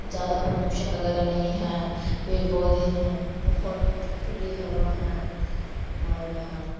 زیادہ پردوشن وگیرہ نہیں ہیں پیڑ پودے ہیں بہت کھلی ہوا ہیں ہمارے بہار میں